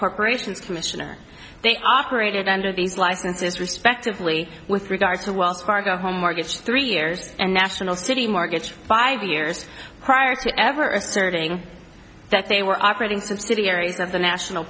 corporations commission or they operate under these licenses respectively with regard to wells fargo home mortgage three years and national city mortgage five years prior to ever asserting that they were operating subsidiaries of the national